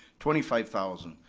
twenty five thousand.